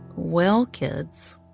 well, kids,